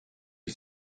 you